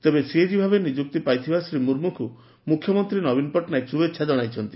ତେବେ ସିଏଜି ଭାବେ ନିଯୁକ୍ତି ପାଇଥିବା ଶ୍ରୀ ମୁର୍ମୁଙ୍କୁ ମୁଖ୍ୟମନ୍ତୀ ନବୀନ ପଟ୍ଟନାୟକ ଶୁଭେଛା ଜଣାଇଛନ୍ତି